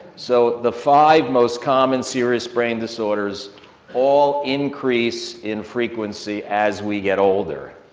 so the five most common serious brain disorders all increase in frequency as we get older.